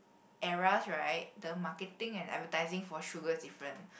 eras right the marketing and advertising for sugar is different